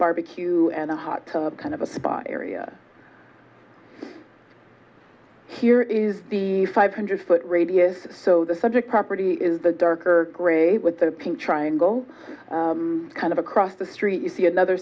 barbecue and a hot tub kind of a spa area here is the five hundred foot radius so the subject property is the darker gray with the pink triangle kind of across the street you see another